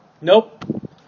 Nope